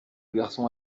garçon